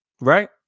right